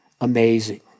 Amazing